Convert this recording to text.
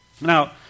Now